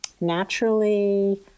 naturally